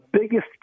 biggest